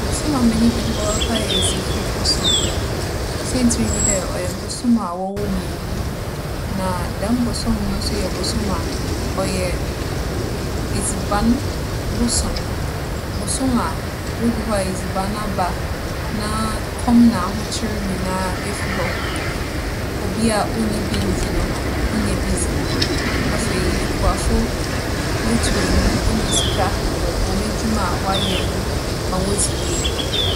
Bosoom a m'enyi gye ho papaapa yɛ Dzifuu bosoom. Siantsir nye dɛ ͻyɛ bosoom a wͻwoo me wͻ mu. Na dɛm bosoom no so yɛ bosoom a ͻyɛ e - edziban bosoom. Bosoom a wodur hͻ a edziban aba na kͻm na ahokyer nyina efi hͻ. Obi a onnya bi nndzi no, onya bi dzi. Afei, ekuafo wotu ehu, wonya sika wͻ hͻn edwuma a wͻayɛ no ho ma wodzi yie.